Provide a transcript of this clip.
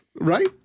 Right